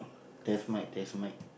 test mic test mic